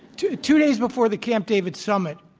two two days before the camp david summit,